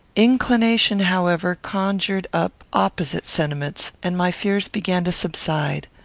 inclination, however, conjured up opposite sentiments, and my fears began to subside.